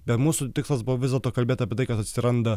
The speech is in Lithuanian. bet mūsų tikslas buvo vis dėlto kalbėt apie tai kas atsiranda